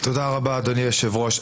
תודה רבה, אדוני היושב-ראש.